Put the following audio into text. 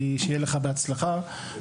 שיהיה לך בהצלחה.